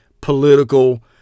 political